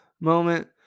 moment